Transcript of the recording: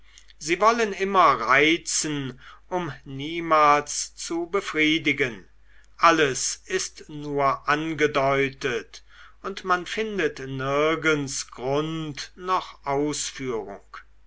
sie wollen immer reizen um niemals zu befriedigen alles ist nur angedeutet und man findet nirgends grund noch ausführung